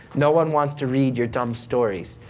no one wants to read your dumb stories.